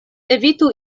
evitu